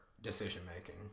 decision-making